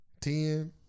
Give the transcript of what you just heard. ten